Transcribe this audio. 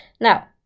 now